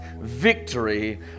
victory